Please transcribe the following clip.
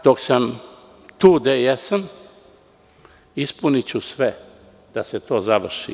Dok sam tu gde jesam, ispuniću sve da se to završi.